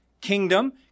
kingdom